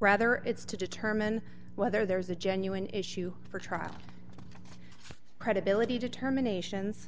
rather it's to determine whether there is a genuine issue for trial credibility determinations